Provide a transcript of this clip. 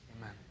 Amen